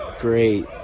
great